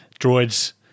droid's